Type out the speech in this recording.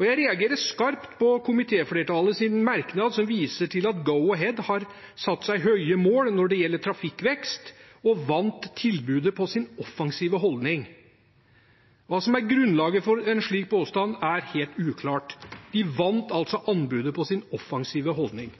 Og jeg reagerer skarpt på komitéflertallets merknad som viser til at Go-Ahead AS har satt seg høye mål når det gjelder trafikkvekst, og «vant anbudet på sin offensive holdning». Hva som er grunnlaget for en slik påstand, er uklart. De vant altså anbudet på sin offensive holdning.